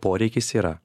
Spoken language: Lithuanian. poreikis yra